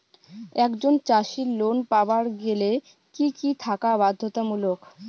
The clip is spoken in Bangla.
একজন চাষীর লোন পাবার গেলে কি কি থাকা বাধ্যতামূলক?